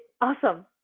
Awesome